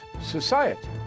society